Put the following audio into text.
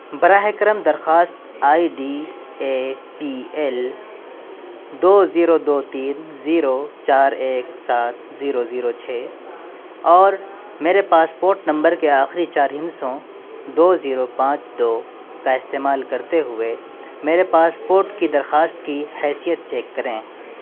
براہ کرم درخواست I D A P L دو زیرو دو تین زیرو چار ایک سات زیرو زیرو چھ اور میرے پاسپورٹ نمبر کے آخری چار ہندسوں دو زیرو پانچ دو کا استعمال کرتے ہوئے میرے پاسپورٹ کی درخواست کی حیثیت چیک کریں